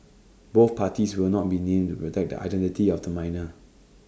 both parties will not be named to protect the identity of the minor